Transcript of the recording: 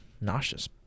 nauseous